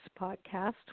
podcast